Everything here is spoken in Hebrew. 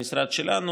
המשרד שלנו,